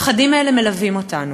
הפחדים האלה מלווים אותנו.